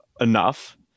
enough